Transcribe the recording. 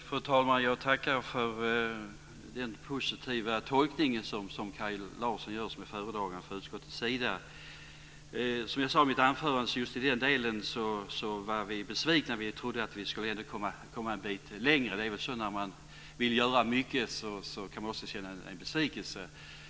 Fru talman! Jag tackar för den positiva tolkning som Kaj Larsson, som är föredragande från utskottets sida, gör. Som jag sade i mitt anförande var vi besvikna just i den här delen. Vi trodde att vi skulle komma en bit längre. Det är väl så när man vill göra mycket - då kan man också känna en besvikelse.